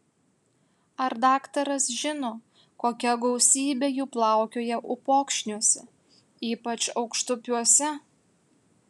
ar daktaras žino kokia gausybė jų plaukioja upokšniuose ypač aukštupiuose